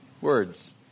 words